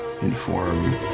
inform